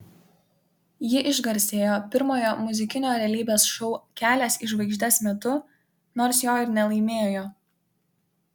ji išgarsėjo pirmojo muzikinio realybės šou kelias į žvaigždes metu nors jo ir nelaimėjo